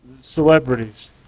Celebrities